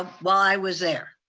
while i was there.